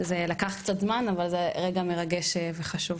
זה לקח קצת זמן, אבל זה רגע מרגש וחשוב.